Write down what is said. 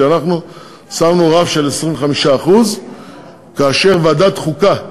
ואנחנו שמנו רף של 25%. ועדת החוקה,